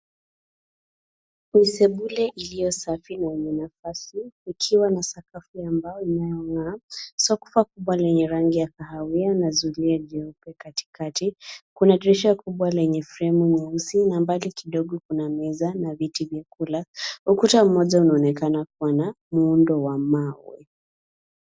Ni sebule iliyo safi na yenye nafasi kukiwa na sakafu ya mbao inayong'aa. Sofa kubwa lenye rangi ya kahawia na zulia iliyoko katikati. Kuna dirisha kubwa lenye fremu nyeusi na mbali kidogo kuna meza na viti vya kula. Ukuta mmoja unaonekana kuwa na muundo wa mawe.